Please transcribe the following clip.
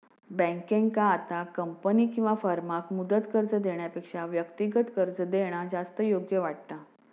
बँकेंका आता कंपनी किंवा फर्माक मुदत कर्ज देण्यापेक्षा व्यक्तिगत कर्ज देणा जास्त योग्य वाटता